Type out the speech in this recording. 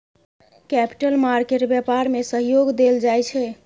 capital market व्यापार में सहयोग देल जाइ छै